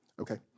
Okay